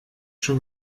schon